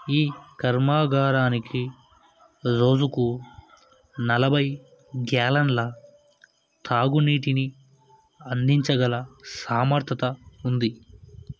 ఈ కర్మాగారానికి రోజుకు నలభై గ్యాలన్ల తాగునీటిని అందించగల సామర్థత ఉంది